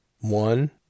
One